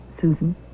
Susan